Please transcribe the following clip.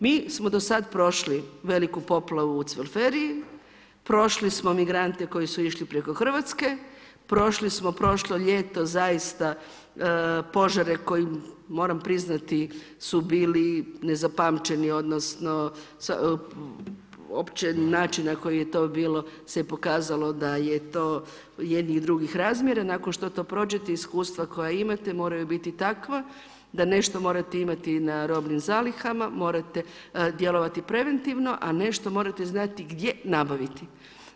Mi smo do sada prošli veliku poplavu u Cvelferiji, prošli smo migrante koji su išli preko Hrvatske, prošli smo prošlo ljeto požare koji moram priznati su bili nezapamćeni odnosno način na koji je to bilo se pokazalo da je to jednih i drugih razmjera, nakon što to prođete iskustva koja imate moraju biti takva da nešto morate imati na robnim zalihama, morate djelovati preventivno, a nešto morate znati gdje nabaviti.